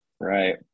right